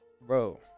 Bro